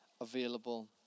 available